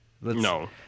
No